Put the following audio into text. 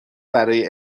برای